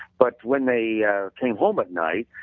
but when they yeah came home at night,